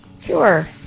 Sure